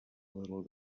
little